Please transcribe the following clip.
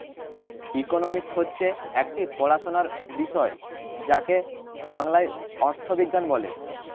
economics হচ্ছে একটি পড়াশোনার বিষয় যাকে বাংলায় অর্থবিজ্ঞান বলে